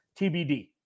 TBD